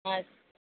ஆ